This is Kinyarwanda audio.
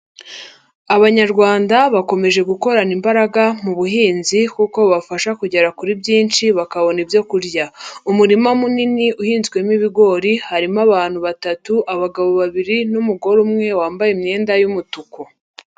Abanyarwanda bakomeje gukorana imbaraga muhinzi kuko bubafasha kugera kuri byinshi bakabona ibyorya. Umurima munini uhinzwemo ibigori harimo abantu batatu abagabo babiri n'umugore umwe wambaye imyenda y'umutuku.